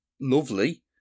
lovely